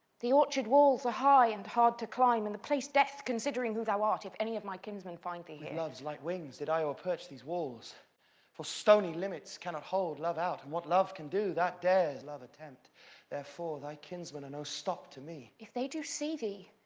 the orchard walls are high and hard to climb, and the place death, considering who thou art if any of my kinsmen find thee here. with love's light wings did i o'er-perch these walls for stony limits cannot hold love out, and what love can do that dares love attempt therefore thy kinsmen are no stop to me. if they do see thee,